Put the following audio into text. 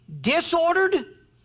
disordered